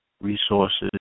resources